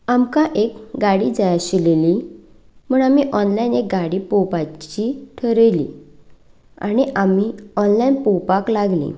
आमकां एक गाडी जाय आशिल्ली म्हूण आमी ऑनलायन एक गाडी पळोवपाची थारायली आनी आमी ऑनलायन पळोवपाक लागलीं